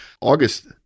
August